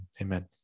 Amen